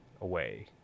away